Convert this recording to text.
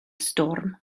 storm